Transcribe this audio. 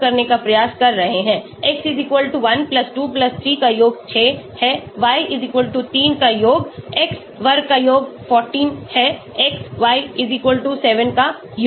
X 1 2 3 का योग 6 है y 3 का योग x वर्ग का योग 14 है xy 7 का योग